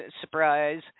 surprise